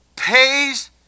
pays